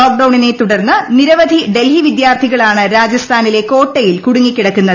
ലോക്ഡൌണിനെ തുടർന്ന് നിരവധി ഡൽഹി വിദ്യാർത്ഥികളാണ് രാജസ്ഥാനിലെ കോട്ടയിൽ കുടുങ്ങിക്കിടക്കുന്നത്